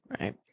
Right